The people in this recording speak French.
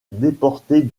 déportés